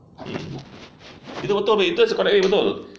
itu betul babe that's the correct way betul